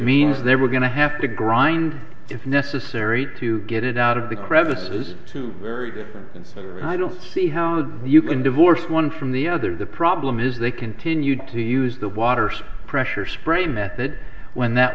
means they were going to have to grind if necessary to get it out of the crevices to very different and so i don't see how you can divorce one from the other the problem is they continued to use the water some pressure spray method when that